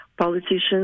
politicians